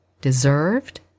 deserved